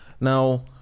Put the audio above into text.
Now